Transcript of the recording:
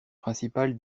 principale